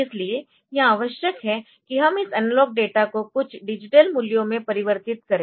इसलिए यह आवश्यक है कि हम इस एनालॉग डेटा को कुछ डिजिटल मूल्यों में परिवर्तित करे